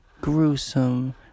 gruesome